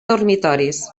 dormitoris